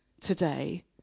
today